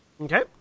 Okay